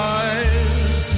eyes